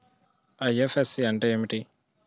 IFSC అంటే ఏమిటి?